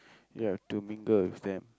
ya to mingle with them